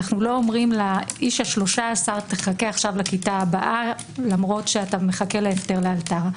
אנו לא אומרים לאיש ה-13: תחכה לכתה הבאה למרות שאתה מחכה להפטר לאלתר.